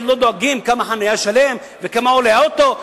הם לא דואגים כמה דמי חנייה יש לשלם וכמה עולה האוטו?